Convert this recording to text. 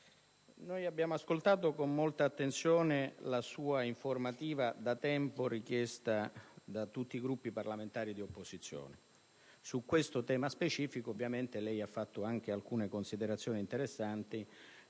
abbiamo ascoltato con molta attenzione la sua informativa, da tempo richiesta da tutti i Gruppi parlamentari di opposizione su questo tema specifico. Ovviamente lei ha svolto anche alcune considerazioni interessanti